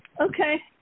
Okay